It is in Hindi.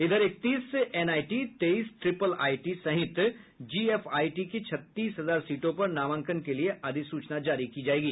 इधर इकतीस एनआईटी तेईस ट्रीपल आईटी सहित जीएफआईटी की छत्तीस हजार सीटों पर नामांकन के लिए अधिसूचना जारी किया जायेगा